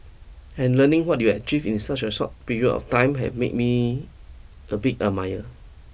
and learning what you have achieved in such a short period of time had made me a big admirer